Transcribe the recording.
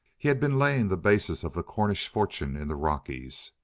he had been laying the basis of the cornish fortune in the rockies.